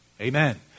Amen